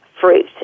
fruit